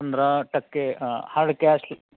पंधरा टक्के hard cash